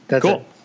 Cool